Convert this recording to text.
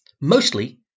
mostly